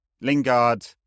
Lingard